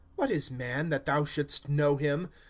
what is man, that thou shouldst know him,